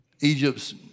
Egypt's